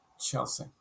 Chelsea